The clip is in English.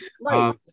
Right